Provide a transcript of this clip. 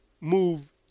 move